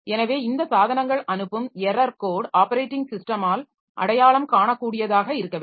எனவே இந்த சாதனங்கள் அனுப்பும் எரர் கோட் ஆப்பரேட்டிங் ஸிஸ்டமால் அடையாளம் காணக்கூடியதாக இருக்க வேண்டும்